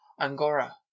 angora